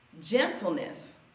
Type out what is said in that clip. gentleness